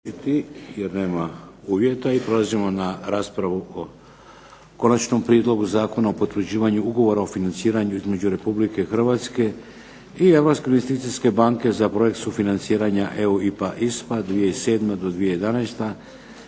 jer nema uvjeta. Prelazimo na raspravu o - Konačni prijedlog zakona o potvrđivanju Ugovora o financiranju između Republike Hrvatske i Europske investicijske banke za projekt sufinanciranja EU IPA ISPA 2007.-2011.,